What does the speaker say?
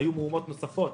היו מהומות נוספות,